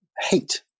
hate